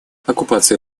оккупация